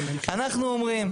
אנחנו אומרים,